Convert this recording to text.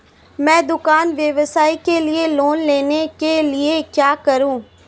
मैं दुकान व्यवसाय के लिए लोंन लेने के लिए क्या करूं?